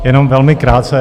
Jenom velmi krátce.